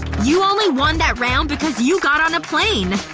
you only won that round because you got on a plane!